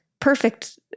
perfect